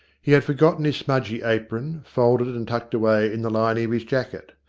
he had forgotten his smudgy apron, folded and tucked away in the lining of his jacket.